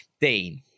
Dean